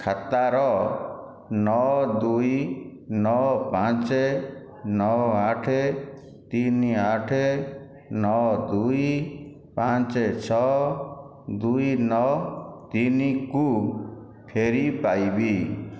ଖାତାର ନଅ ଦୁଇ ନଅ ପାଞ୍ଚ ନଅ ଆଠ ତିନି ଆଠ ନଅ ଦୁଇ ପାଞ୍ଚ ଛଅ ଦୁଇ ନଅ ତିନିକୁ ଫେରି ପାଇବି